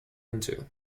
into